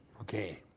Okay